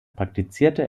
praktizierte